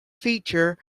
feature